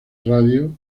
radio